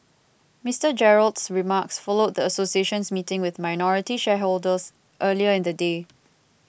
Mister Gerald's remarks followed the association's meeting with minority shareholders earlier in the day